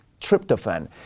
tryptophan